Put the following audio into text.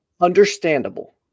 Understandable